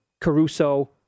Caruso